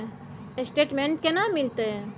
Statement केना मिलते?